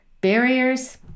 barriers